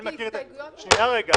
יש לו הסתייגויות- -- שנייה, רגע.